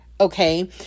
okay